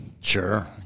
Sure